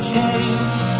change